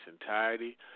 entirety